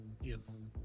Yes